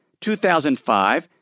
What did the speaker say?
2005